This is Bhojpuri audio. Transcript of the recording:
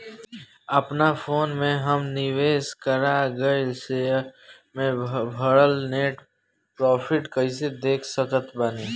अपना फोन मे हम निवेश कराल गएल शेयर मे भएल नेट प्रॉफ़िट कइसे देख सकत बानी?